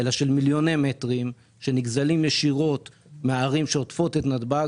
אלא של מיליוני מטרים שנגזלים ישירות מהערים שעוטפות את נתב"ג